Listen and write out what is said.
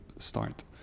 start